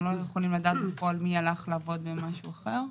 אנחנו לא יכולים לדעת בפועל מי הלך לעבוד במשהו אחר.